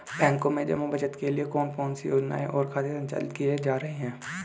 बैंकों में जमा बचत के लिए कौन कौन सी योजनाएं और खाते संचालित किए जा रहे हैं?